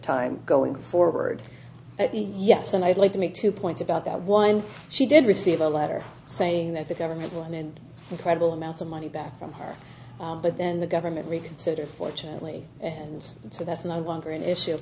time going forward yes and i'd like to make two points about that one she did receive a letter saying that the government will and incredible amounts of money back from her but then the government reconsidered fortunately and so that's and i wonder in issue